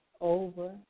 over